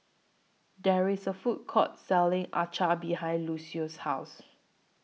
There IS A Food Court Selling Acar behind Lucio's House